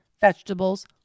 vegetables